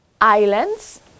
islands